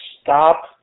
stop